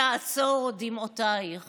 בשרשרת, האוכלוסייה